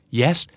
yes